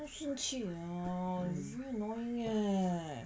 我要生气 liao you very annoying leh